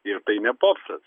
ir tai ne popsas